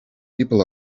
people